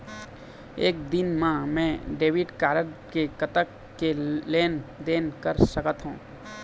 एक दिन मा मैं डेबिट कारड मे कतक के लेन देन कर सकत हो?